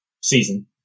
season